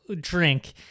drink